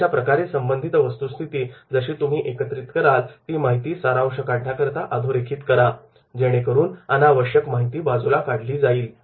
अशाप्रकारे संबंधित वस्तूस्थिती जशी तुम्ही एकत्रित कराल ती माहिती सारांश काढण्याकरिता अधोरेखित करा जेणेकरून अनावश्यक माहिती बाजूला काढली जाईल